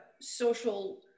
social